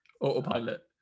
autopilot